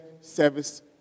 service